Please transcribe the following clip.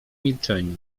milczeniu